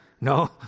No